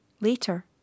later